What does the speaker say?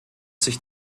sich